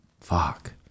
fuck